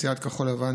סיעת כחול לבן,